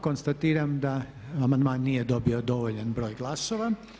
Konstatiram da amandman nije dobio dovoljan broj glasova.